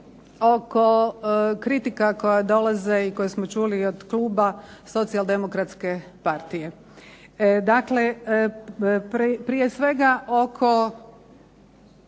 oko kritika koja dolaze i koje smo čuli od kluba Socijaldemokratske partije. Dakle prije svega oko,